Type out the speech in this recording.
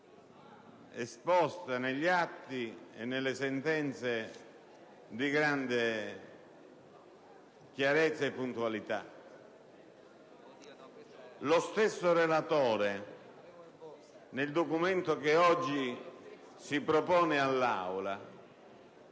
esposta negli atti e nelle sentenze, di grande chiarezza e puntualità. Lo stesso relatore nel documento che oggi si propone all'Aula